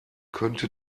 könnte